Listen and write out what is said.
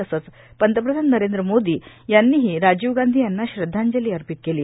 तसंच पंतप्रधान नरेंद्र मोदी यांनीही राजीव गांधी यांना श्रद्वांजली अर्पित केली